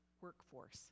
workforce